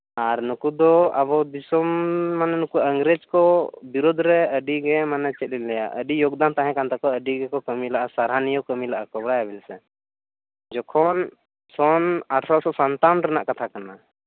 ᱟᱨ ᱱᱩᱠᱩ ᱫᱚ ᱟᱵᱚ ᱫᱤᱥᱚᱢ ᱢᱟᱱᱮ ᱱᱩᱠᱩ ᱤᱝᱨᱮᱹᱡᱽ ᱠᱚ ᱵᱤᱨᱳᱫᱽ ᱨᱮ ᱟᱹᱰᱤ ᱜᱮ ᱢᱟᱱᱮ ᱪᱮᱫ ᱤᱧ ᱞᱟᱹᱭᱟ ᱟᱹᱰᱤ ᱡᱳᱜᱽᱫᱟᱱ ᱛᱟᱦᱮᱸ ᱠᱟᱱ ᱛᱟᱠᱚᱣᱟ ᱟᱹᱰᱤ ᱜᱮᱠᱚ ᱠᱟᱹᱢᱤ ᱞᱟᱜᱼᱟ ᱥᱟᱨᱦᱟᱣ ᱱᱤᱭᱮ ᱠᱚ ᱠᱟᱢᱤ ᱞᱟᱜᱼᱟ ᱵᱟᱲᱟᱭᱟᱵᱮᱱ ᱦᱮᱸ ᱡᱚᱠᱷᱚᱱ ᱥᱚᱱ ᱟᱴᱷᱨᱚᱥᱚ ᱥᱟᱣᱛᱟᱱᱚ ᱨᱮᱱᱟᱜ ᱠᱟᱛᱷᱟ ᱠᱟᱱᱟ